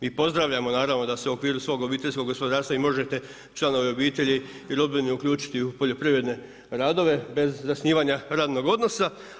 Mi pozdravljamo naravno da u okviru svog obiteljskog gospodarstva i možete članove obitelji i rodbine uključiti u poljoprivredne radove bez zasnivanja radnog odnosa.